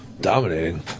Dominating